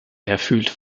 erfüllt